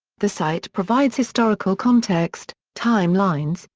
the site provides historical context, time lines,